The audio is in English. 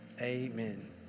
Amen